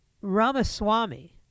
Ramaswamy